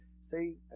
See